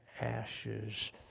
ashes